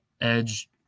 edge